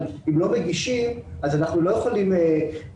אבל אם לא מגישים, אז אנחנו לא יכולים להתקשר.